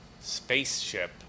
spaceship